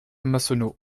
massonneau